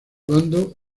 bando